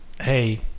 hey